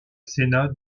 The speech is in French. sénat